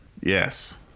Yes